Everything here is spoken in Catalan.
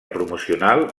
promocional